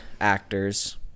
actors